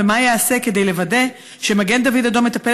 2. מה ייעשה כדי לוודא שמגן דוד אדום מטפל